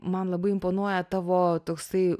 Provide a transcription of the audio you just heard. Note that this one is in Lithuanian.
man labai imponuoja tavo toksai